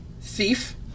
thief